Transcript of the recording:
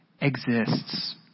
exists